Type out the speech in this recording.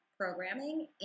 programming